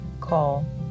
call